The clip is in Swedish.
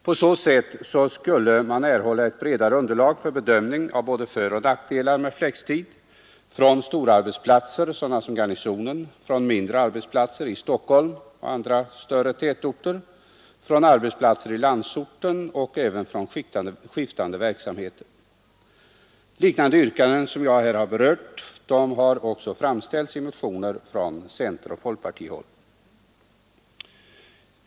På så sätt skulle man erhålla ett bredare underlag för bedömning av både föroch nackdelar med flexibel arbetstid från stora arbetsplatser sådana som Garnisonen, från mindre arbetsplatser i Stockholm och andra tätorter, från arbetsplatser i landsorten och även från skiftande verksamheter. Yrkanden liknande dem jag har berört har också framställts i motioner från centeroch folkpartihåll.